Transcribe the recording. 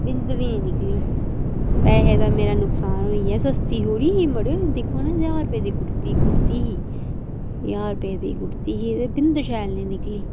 बिंद नी निकली पैहें दा मेरा नुकसान होई गेआ सस्ती थोह्ड़ी ही मड़ो दिक्खो नां ज्हार रपेऽ दी कुर्ती ही ज्हार रपेऽ दी कुर्ती ही ते बिंद शैल नी निकली